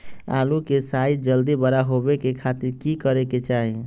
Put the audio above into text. आलू के साइज जल्दी बड़ा होबे के खातिर की करे के चाही?